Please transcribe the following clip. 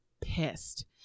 pissed